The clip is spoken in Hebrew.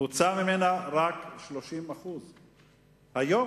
בוצעו ממנה רק 30%. היום,